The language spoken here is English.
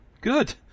Good